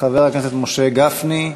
חבר הכנסת משה גפני,